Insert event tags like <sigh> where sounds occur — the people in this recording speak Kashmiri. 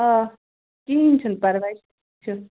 آ کِہیٖنۍ چھُنہٕ پرواے <unintelligible>